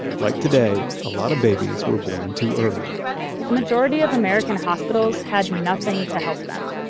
like today, a lot of babies were born too early the majority of american hospitals had nothing to help them.